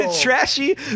Trashy